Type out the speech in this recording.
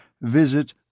visit